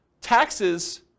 taxes